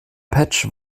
patch